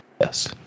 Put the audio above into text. Yes